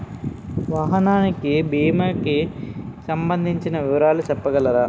వాహనానికి భీమా కి సంబందించిన వివరాలు చెప్పగలరా?